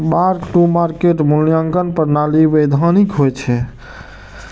mark to market मूल्यांकन प्रणाली वैधानिक होइ छै